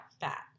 fat